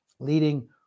leading